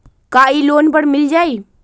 का इ लोन पर मिल जाइ?